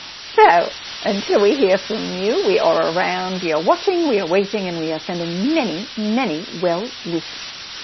so until we hear from you, we are around. we are watching. we are waiting, and we are sending many, many well wishes.